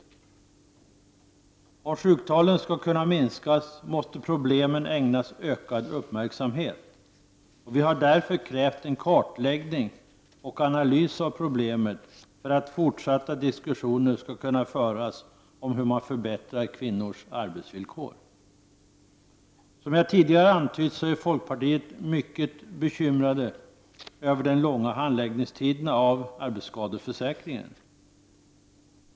För att sjuktalen skall kunna minskas måste problemen ägnas ökad uppmärksamhet. Vi har därför krävt en kartläggning och analys av problemet för att möjliggöra fortsatta diskussioner om hur man skall kunna förbättra kvinnors arbetsvillkor. Som jag tidigare antytt är vi i folkpartiet mycket bekymrade över de långa handläggningstiderna i arbetsskadeförsäkringen.